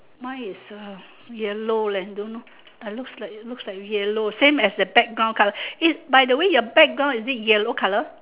mine is a yellow leh don't know I looks like looks like yellow same as the background colour E by the way is your background is it yellow colour